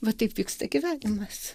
va taip vyksta gyvenimas